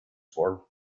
for